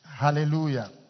Hallelujah